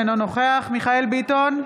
אינו נוכח מיכאל מרדכי ביטון,